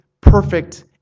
perfect